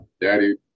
Daddy